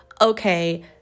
okay